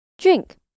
drink